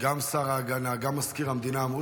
גם שר ההגנה, גם מזכיר המדינה, אמרו